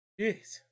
Jeez